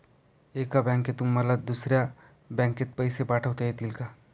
एका बँकेतून मला दुसऱ्या बँकेत पैसे पाठवता येतील का?